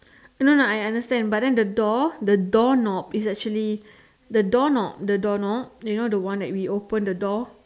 no no I understand but then the door the door knob is actually the door knob the door knob you know the one that we open the door